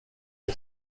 jag